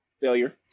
Failure